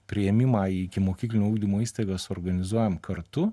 priėmimą į ikimokyklinio ugdymo įstaigas organizuojam kartu